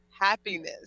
Happiness